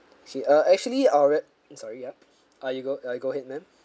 she err actually our rid~ sorry eh uh you go uh you go ahead ma'am